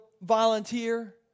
volunteer